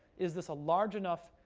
is this a large enough,